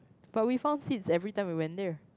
but we found sits every time we went there